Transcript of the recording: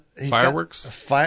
Fireworks